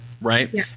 right